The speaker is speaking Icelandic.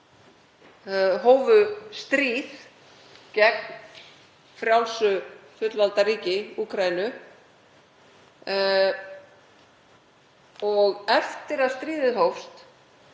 hófu stríð gegn frjálsu fullvalda ríki, Úkraínu. Eftir að stríðið hófst